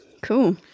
cool